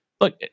Look